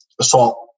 assault